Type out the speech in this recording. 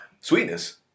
Sweetness